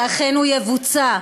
שאכן הוא יבוצע,